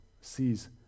sees